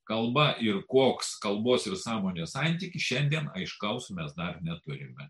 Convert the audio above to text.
kalba ir koks kalbos ir sąmonės santykis šiandien aiškaus mes dar neturime